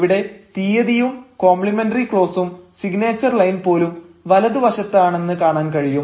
ഇവിടെ തീയതിയും കോംപ്ലിമെന്ററി ക്ലോസും സിഗ്നേച്ചർ ലൈൻ പോലും വലതുവശത്താണെന്ന് കാണാൻ കഴിയും